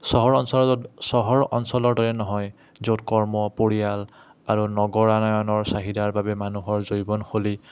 চহৰ অঞ্চলৰ য'ত চহৰ অঞ্চলৰ দৰে নহয় য'ত কৰ্ম পৰিয়াল আৰু নগৰ অনায়নৰ চাহিদাৰ বাবে মানুহৰ জীৱনশলী